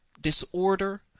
disorder